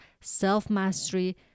self-mastery